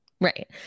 Right